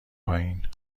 پایین